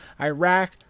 iraq